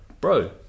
bro